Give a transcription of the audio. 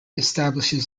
establishes